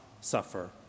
suffer